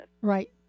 Right